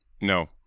No